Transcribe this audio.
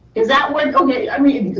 is that what. okay, i mean,